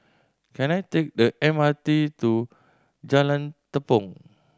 can I take the M R T to Jalan Tepong